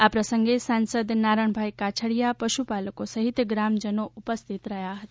આ પ્રસંગે સાંસદ નારણભાઇ કાછડીયા પશુપાલકો સહિત ગ્રામજનો ઉપસ્થિત રહ્યા હતા